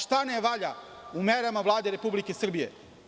Šta ne valja u merama Vlade Republike Srbije?